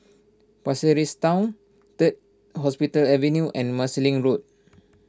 Pasir Ris Town Third Hospital Avenue and Marsiling Road